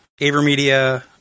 AverMedia